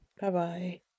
Bye-bye